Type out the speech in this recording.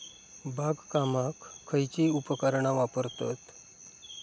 बागकामाक खयची उपकरणा वापरतत?